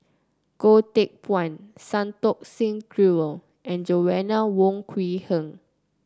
Goh Teck Phuan Santokh Singh Grewal and Joanna Wong Quee Heng